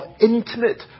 intimate